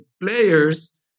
players